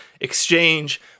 exchange